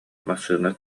массыына